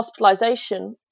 hospitalisation